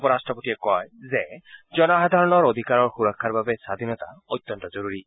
উপৰাট্টপতিয়ে কয় যে জনসাধাৰণৰ অধিকাৰৰ সুৰক্ষাৰ বাবে স্বধীনতা অত্যন্ত জৰুজী